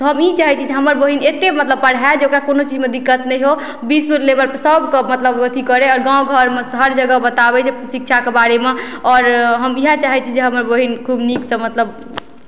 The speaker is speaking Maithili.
तऽ हम ई चाहय छी जे हमर बहीन अते मतलब पढ़य जे ओकरा कोनो चीजमे दिक्कत नहि हो विश्व लेवलपर सबके मतलब अथी करय आओर गाँव घरमे हर जगह बताबय जे शिक्षाके बारेमे आर हम इएह चाहय छी जे हमर बहीन खूब नीक सँ मतलब